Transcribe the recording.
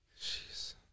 Jeez